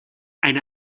eine